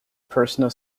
personal